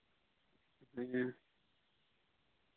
ᱦᱮᱸ